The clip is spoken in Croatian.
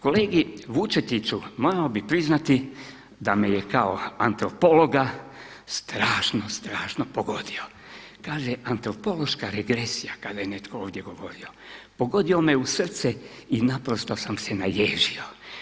Kolegi Vučetiću, morao bih priznati da me je kao antropologa strašno, strašno pogodio, kaže antropološka regresija kada je netko ovdje govorio, pogodio me u srce i naprosto sam se naježio.